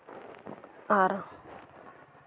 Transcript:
ᱟᱨ